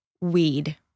weed